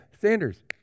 Sanders